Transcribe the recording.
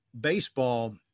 Baseball –